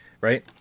right